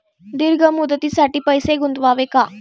दीर्घ मुदतीसाठी पैसे गुंतवावे का?